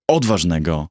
odważnego